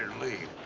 leave.